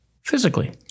physically